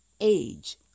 age